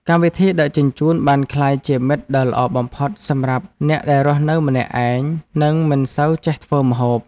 កម្មវិធីដឹកជញ្ជូនបានក្លាយជាមិត្តដ៏ល្អបំផុតសម្រាប់អ្នកដែលរស់នៅម្នាក់ឯងនិងមិនសូវចេះធ្វើម្ហូប។